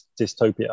dystopia